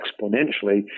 exponentially